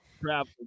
travel